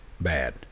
Bad